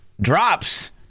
drops